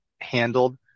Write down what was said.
handled